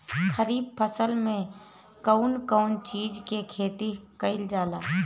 खरीफ फसल मे कउन कउन चीज के खेती कईल जाला?